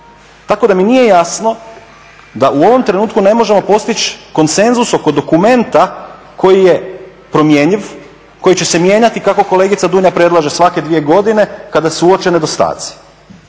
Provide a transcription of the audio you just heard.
Tako da mi nije jasno da u ovom trenutku ne možemo postići konsenzus oko dokumenta koji je promjenjiv, koji će se mijenjati kako kolegica Dunja predlaže svake 2 godine kada se uoče nedostaci.